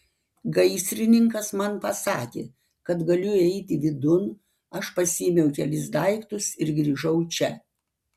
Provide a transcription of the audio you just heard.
gaisrininkas man pasakė kad galiu įeiti vidun aš pasiėmiau kelis daiktus ir grįžau čia